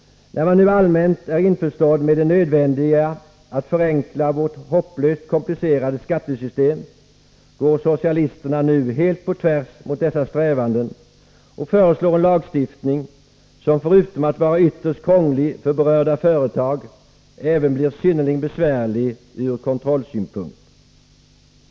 När man nu allmänt är ense om det nödvändiga i att förenkla vårt hopplöst komplicerade skattesystem, går socialisterna tvärtemot dessa strävanden och föreslår en lagstiftning som, förutom att vara ytterst krånglig för berörda företag, även blir synnerligen besvärlig från kontrollsynpunkt.